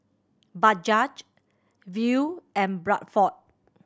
Bajaj Viu and Bradford